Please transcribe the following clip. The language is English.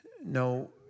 No